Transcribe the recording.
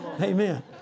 Amen